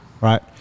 right